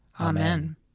Amen